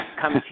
come